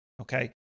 okay